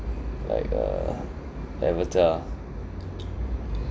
like uh avatar